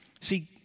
See